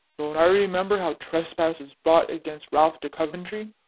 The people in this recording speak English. don't i remember how trespass was brought against ralph de coventry,